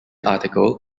article